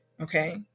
okay